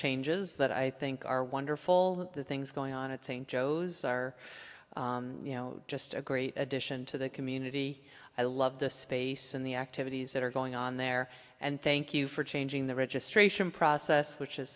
changes that i think are wonderful the things going on at st joe's are you know just a great addition to the community i love the space and the activities that are going on there and thank you for changing the registration process which is